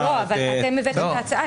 אבל אתם הבאתם את ההצעה.